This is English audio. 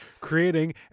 creating